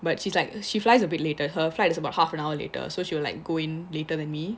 but she like she flies a bit later her flight is about half an hour later so she will like go in later than me